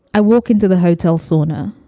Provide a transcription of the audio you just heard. i walk into the hotel sauna.